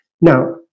Now